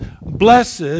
blessed